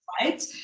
right